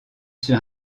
sur